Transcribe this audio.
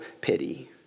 pity